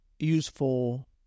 useful